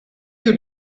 you